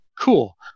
Cool